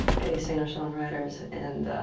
gay singer-songwriters and